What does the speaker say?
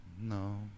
No